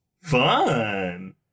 fun